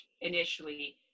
initially